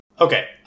Okay